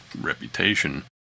reputation